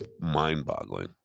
mind-boggling